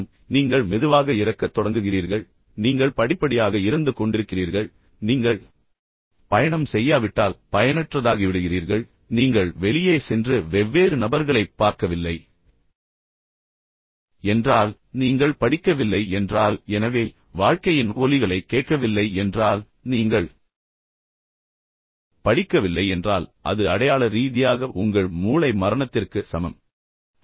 idhan அர்த்தம் நீங்கள் மெதுவாக இறக்கத் தொடங்குகிறீர்கள் நீங்கள் படிப்படியாக இறந்து கொண்டிருக்கிறீர்கள் நீங்கள் பயணம் செய்யாவிட்டால் பயனற்றதாகிவிடுகிறீர்கள் நீங்கள் வெளியே சென்று வெவ்வேறு நபர்களைப் பார்க்கவில்லை என்றால் நீங்கள் படிக்கவில்லை என்றால் எனவே வாழ்க்கையின் ஒலிகளைக் கேட்கவில்லை என்றால் நீங்கள் படிக்கவில்லை என்றால் அது உண்மையில் மற்றும் அடையாள ரீதியாக உங்கள் மூளை மரணத்திற்கு சமம்